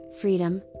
freedom